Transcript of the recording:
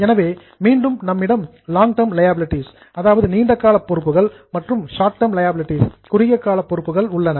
எனவே மீண்டும் நம்மிடம் லாங் டெர்ம் லியாபிலிடீஸ் நீண்ட கால பொறுப்புகள் மற்றும் ஷார்ட் டெர்ம் லியாபிலிடீஸ் குறுகிய கால பொறுப்புகள் உள்ளன